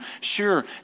Sure